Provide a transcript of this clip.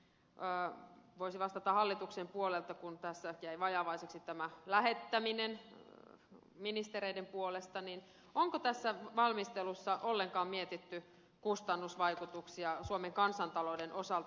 tynkkynen voisi vastata hallituksen puolelta kun tässä jäi vajavaiseksi tämä lähettäminen ministereiden puolesta niin kysyn onko tässä valmistelussa ollenkaan mietitty kustannusvaikutuksia suomen kansantalouden osalta